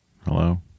Hello